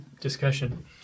discussion